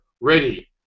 Ready